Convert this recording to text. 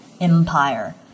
empire